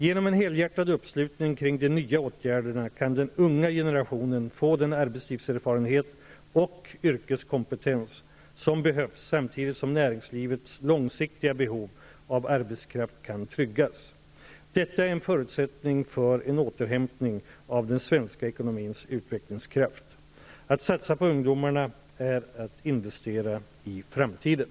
Genom en helhjärtad uppslutning kring de nya åtgärderna kan den unga generationen få den arbetslivserfarenhet och yrkeskompetens som behövs samtidigt som näringslivets långsiktiga behov av arbetskraft kan tryggas. Detta är en förutsättning för en återhämtning av den svenska ekonomins utvecklingskraft. Att satsa på ungdomarna är att investera i framtiden.